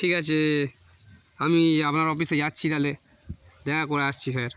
ঠিক আছে আমি আপনার অফিসে যাচ্ছি তাহলে দেখা করে আসছি স্যার